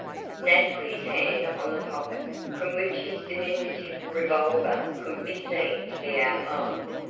nat put his hand on the pocket, from which his diminutive revolver could be seen to be outlined,